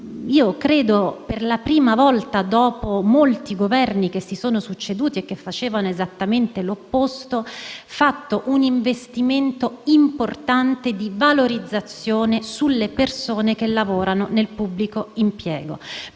credo per la prima volta dopo molti Governi che si sono succeduti e che facevano esattamente l'opposto, abbiamo previsto un investimento importante per valorizzare le persone che lavorano nel pubblico impiego.